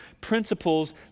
principles